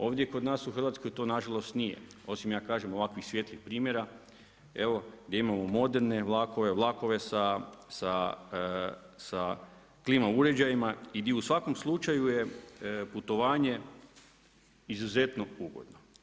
Ovdje kod nas u Hrvatskoj to na žalost nije, osim ja kažem ovakvih svijetlih primjera evo gdje imamo moderne vlakove, vlakove sa klima uređajima i gdje u svakom slučaju je putovanje izuzetno ugodno.